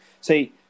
See